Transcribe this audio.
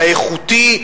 האיכותי,